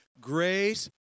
Grace